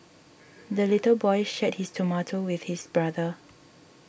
the little boy shared his tomato with his brother